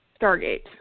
Stargate